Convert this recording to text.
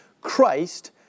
Christ